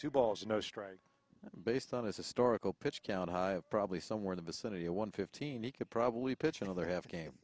two balls no strike based on his historical pitch count probably somewhere the vicinity of one fifteen e could probably pitch another half game